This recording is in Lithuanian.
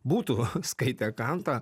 būtų skaitę kantą